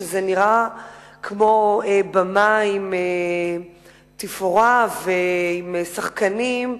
שבו זה נראה כמו במה עם תפאורה ועם שחקנים,